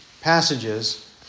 passages